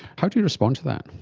how do you respond to that?